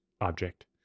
object